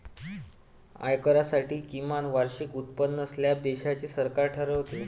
आयकरासाठी किमान वार्षिक उत्पन्न स्लॅब देशाचे सरकार ठरवते